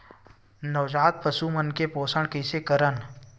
नवजात पशु मन के पोषण कइसे करन?